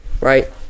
right